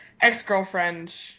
ex-girlfriend